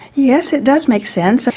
yes, it does make sense, ah